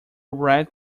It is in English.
red